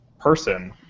person